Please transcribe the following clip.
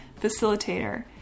facilitator